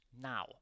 now